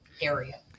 area